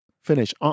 finish